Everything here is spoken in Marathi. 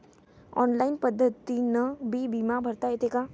ऑनलाईन पद्धतीनं बी बिमा भरता येते का?